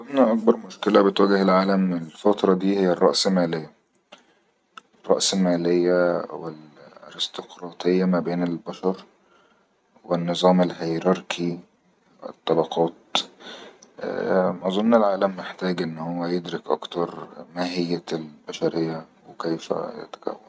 أظن أن أكبر مشكلة توجه العالم في الفترة دي هي الرأسماليه الرأسماليه والارستقراطية ما بين البشر والنظام الهيروركي والطبقات أظن أن العالم يحتاج إلى أن يدرك أكثر ماهية البشرية وكيف يتكون